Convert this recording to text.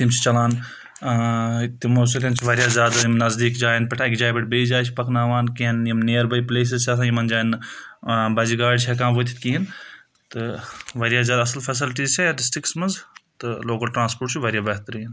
تِم چھِ چلان تِمو سۭتۍ چھِ واریاہ زیادٕ یِم نزدیٖک جایَن پؠٹھ اَکہِ جایہِ پؠٹھ بیٚیہِ جایہِ چھِ پکَناوان کینٛہہ یِم نِیَرباے پٕلَیسٕز چھِ آسان یِمَن جایَن نہٕ بَجہِ گاڑِ چھِ ہؠکان وٲتِتھ کہیٖنۍ تہٕ واریاہ زیادٕ اَصٕل فَیسَلٹیٖز چھےٚ یَتھ ڈِسٹِرکَس منٛز تہٕ لوکَل ٹَرٛانَسپوٹ چھُ واریاہ بہتَریٖن